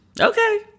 Okay